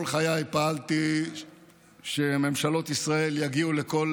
כל חיי פעלתי כדי שממשלות ישראל יגיעו לכל